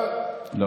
לא.